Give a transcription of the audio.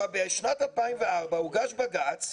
בשנת 2004 הוגש בג"צ,